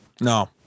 No